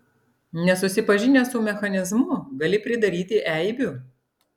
nesusipažinęs su mechanizmu gali pridaryti eibių